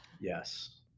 Yes